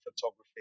photography